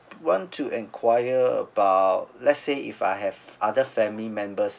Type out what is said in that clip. want to enquire about let's say if I have other family members